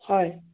হয়